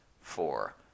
four